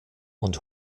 und